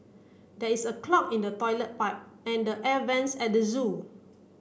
there is a clog in the toilet pipe and the air vents at the zoo